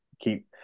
keep